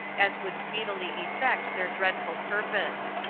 as would speedily effect their dreadful purpose.